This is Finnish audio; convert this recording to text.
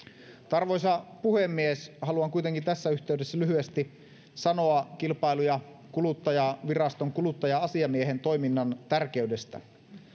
arvoisa puhemies haluan kuitenkin tässä yhteydessä lyhyesti sanoa kilpailu ja kuluttajaviraston kuluttaja asiamiehen toiminnan tärkeydestä